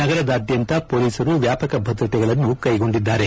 ನಗರದಾದ್ದಂತ ಮೊಲೀಸರು ವ್ವಾಪಕ ಭದ್ರತೆಗಳನ್ನು ಕೈಗೊಂಡಿದ್ದಾರೆ